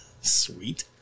Sweet